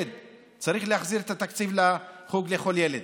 צריך להחזיר את התקציב לחוג לכל ילד,